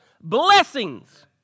blessings